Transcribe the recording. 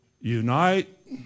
Unite